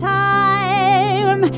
time